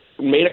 made